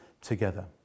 together